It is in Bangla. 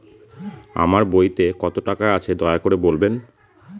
আমার বইতে কত টাকা আছে দয়া করে বলবেন?